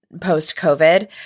post-COVID